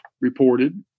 reported